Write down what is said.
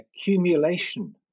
accumulation